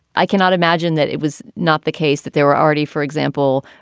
i cannot imagine that it was not the case that there were already, for example,